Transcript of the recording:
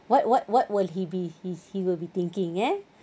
what what what will he be he he will be thinking eh